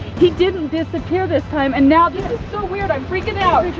he didn't disappear this time, and now, this is so weird. i'm freaking out.